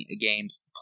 games